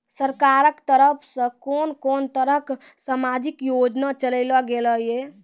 सरकारक तरफ सॅ कून कून तरहक समाजिक योजना चलेली गेलै ये?